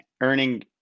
earning